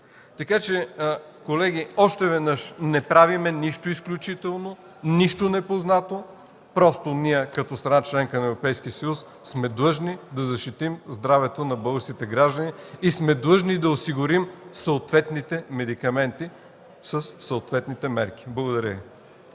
възрази. Колеги, още веднъж, не правим нищо изключително, нищо непознато, просто, като страна – членка на Европейския съюз, сме длъжни да защитим здравето на българските граждани и да осигурим съответните медикаменти със съответните мерки. Благодаря.